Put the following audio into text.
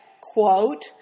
quote